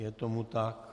Je tomu tak.